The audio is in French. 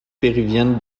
péruvienne